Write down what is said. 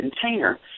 container